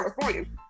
California